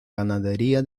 ganadería